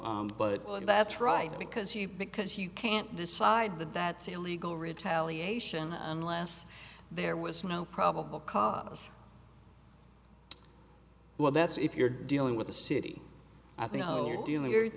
but that's right because he because you can't decide that that's a legal retaliation unless there was no probable cause well that's if you're dealing with the city i think you're doing you're